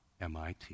MIT